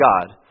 God